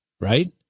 right